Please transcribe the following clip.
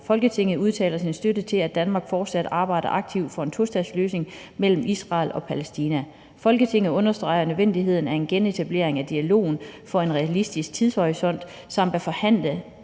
Folketinget udtaler sin støtte til, at Danmark fortsat arbejder aktivt for en tostatsløsning mellem Israel og Palæstina. Folketinget understreger nødvendigheden af en genetablering af dialog inden for en realistisk tidshorisont, samt at forhandlinger